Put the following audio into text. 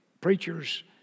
preachers